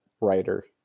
writer